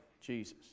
Jesus